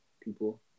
people